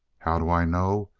how do i know?